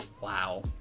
Wow